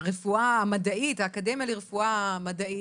האקדמיה לרפואה מדעית,